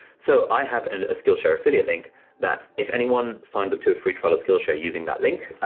so i have and a skillshare affiliate link that if anyone signs up to a free trial of skillshare using that link,